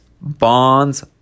bonds